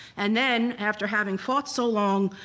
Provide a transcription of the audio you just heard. and then, after having fought so long,